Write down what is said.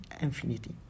infinity